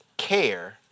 Care